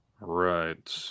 Right